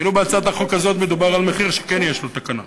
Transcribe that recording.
ואילו בהצעת החוק הזאת מדובר על מחיר שכן יש לו תקנה,